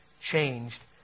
changed